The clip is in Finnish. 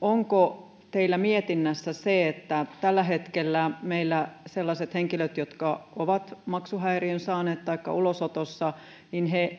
onko teillä mietinnässä se että tällä hetkellä meillä sellaiset henkilöt jotka ovat maksuhäiriön saaneet taikka ulosotossa